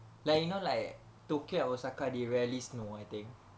like you know like tokyo and osaka they rarely snow I think